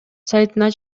сайтына